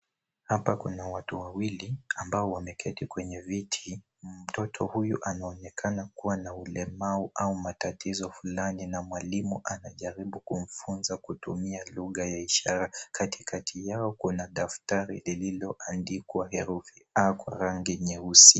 Hapa kuna watu wawili ambao wameketi kwenye viti mtoto huyu anaonekana kuwa na ulemavu au matatizo fulani na mwalimu anajaribu kumfunza kutumia lugha ya ishara katikati yao kuna daftari lililoandikwa herufi A kwa rangi nyeusi.